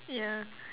ya